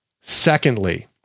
Secondly